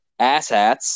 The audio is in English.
asshats